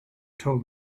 told